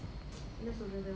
என்ன சொல்றது:enna solradhu